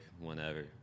whenever